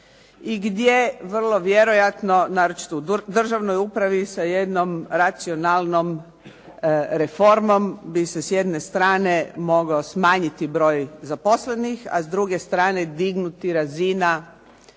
gdje vrlo vjerojatno naročito u državnoj upravi sa jednom racionalnom reformom bi se s jedne strane mogao smanjiti broj zaposlenih a s druge strane dignuti razina